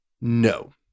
No